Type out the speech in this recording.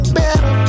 better